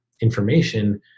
information